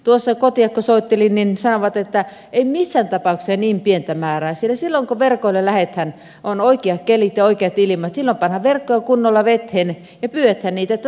tuossa kotiin kun soittelin niin sanoivat että ei missään tapauksessa niin pientä määrää sillä silloin kun verkoille lähdetään on oikeat kelit ja oikeat ilmat pannaan verkkoja kunnolla veteen ja pyydetään niin että saadaan talven kalat